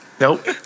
Nope